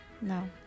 no